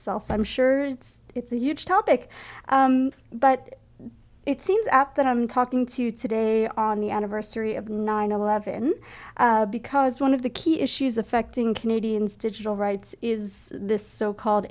self i'm sure it's a huge topic but it seems apt that i'm talking to you today on the anniversary of nine eleven because one of the key issues affecting canadians digital rights is this so called